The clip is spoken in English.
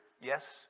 Yes